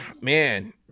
man